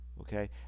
okay